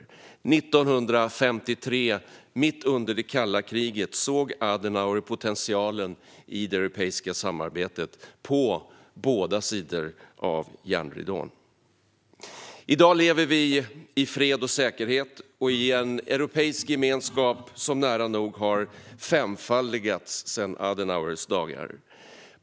År 1953, mitt under det kalla kriget, såg Adenauer potentialen i det europeiska samarbetet på båda sidor av järnridån. I dag lever vi i fred och säkerhet och i en europeisk gemenskap som nära nog har femfaldigats sedan Adenauers dagar.